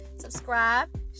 subscribe